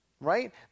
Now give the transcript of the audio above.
right